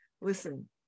listen